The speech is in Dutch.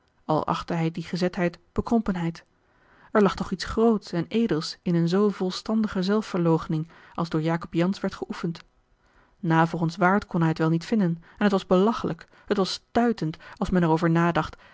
al achtte hij die gezetheid bekrompenheid er lag toch iets groots en edels in eene zoo volstandige zelfverloochening als door jacob jansz werd geoefend navolgenswaard kon hij het wel niet vinden en het was belachelijk het was stuitend als men er over nadacht